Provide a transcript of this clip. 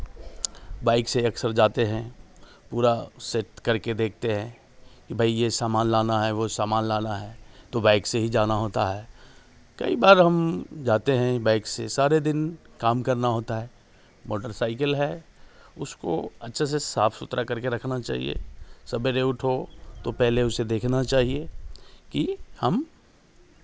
bike से अक्सर जाते हैं पूरा सेट करके देखते हैं कि भाई यह सामान लाना है वह सामान लाना है तो बाइक से ही जाना होता है कई बार हम जाते हैं बाइक से सारे दिन काम करना होता है मोटर साइकिल है उसको अच्छे से साफ़ सुथरा करके रखना चाहिए सवेरे उठो तो पहले उसे देखना चाहिए कि हम